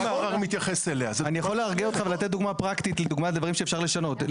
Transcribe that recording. אני יכול להרגיע אותך ולתת דוגמא פרקטית לדברים שאפשר לשנות.